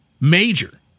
Major